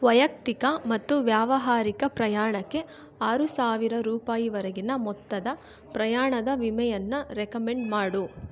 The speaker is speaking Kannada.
ವೈಯಕ್ತಿಕ ಮತ್ತು ವ್ಯಾವಹಾರಿಕ ಪ್ರಯಾಣಕ್ಕೆ ಆರು ಸಾವಿರ ರೂಪಾಯಿವರೆಗಿನ ಮೊತ್ತದ ಪ್ರಯಾಣದ ವಿಮೆಯನ್ನು ರೆಕಮೆಂಡ್ ಮಾಡು